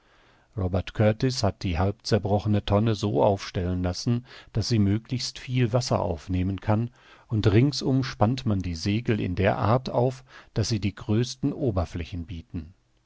robert kurtis hat die halbzerbrochene tonne so aufstellen lassen daß sie möglichst viel wasser aufnehmen kann und ringsum spannt man die segel in der art auf daß sie die größten oberflächen bieten